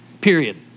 period